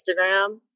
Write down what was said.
Instagram